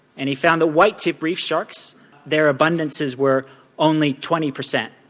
and he found the white tipped reef sharks there abundances were only twenty percent,